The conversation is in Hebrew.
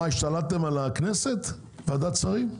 מה, השתלטתם על הכנסת, ועדת שרים?